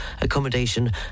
accommodation